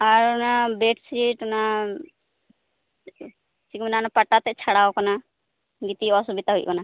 ᱟᱨ ᱚᱱᱟ ᱵᱮᱰᱥᱤᱴ ᱚᱱᱟ ᱪᱮᱫ ᱠᱚ ᱢᱮᱱᱟ ᱚᱱᱟ ᱯᱟᱴᱟ ᱛᱮᱫ ᱪᱷᱟᱲᱟᱣ ᱠᱟᱱᱟ ᱜᱤᱛᱤᱡ ᱚᱥᱩᱵᱤᱫᱷᱟ ᱦᱳᱭᱳᱜ ᱠᱟᱱᱟ